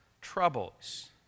troubles